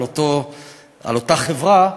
על אותה חברה,